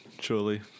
surely